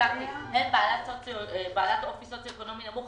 שהזכרתי הן בעלות אופי סוציו-אקונומי נמוך,